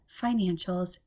financials